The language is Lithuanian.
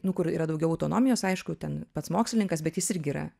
nu kur yra daugiau autonomijos aišku ten pats mokslininkas bet jis irgi yra